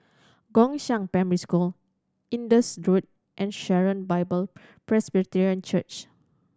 Gongshang Primary School Indus Road and Sharon Bible Presbyterian Church